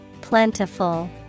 Plentiful